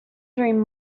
dream